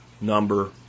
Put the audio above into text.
number